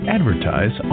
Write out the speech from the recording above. Advertise